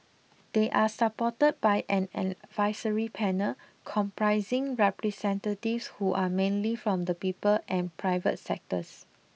they are supported by an advisory panel comprising representatives who are mainly from the people and private sectors